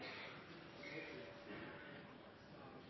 president